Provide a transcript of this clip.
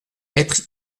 être